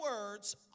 words